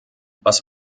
was